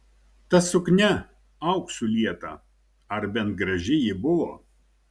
ta suknia auksu lieta ar bent graži ji buvo